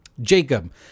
Jacob